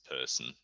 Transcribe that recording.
person